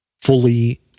fully